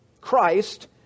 Christ